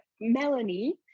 Melanie